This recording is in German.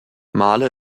malé